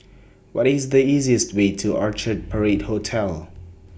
What IS The easiest Way to Orchard Parade Hotel